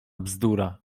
bzdura